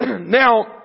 Now